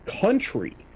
country